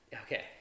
Okay